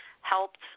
helped